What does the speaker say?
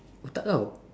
otak kau